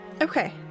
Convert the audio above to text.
Okay